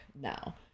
now